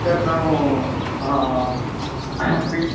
sir ನಾವು P